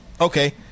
Okay